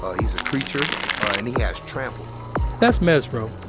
ah he's a creature and he has trample that's mesro.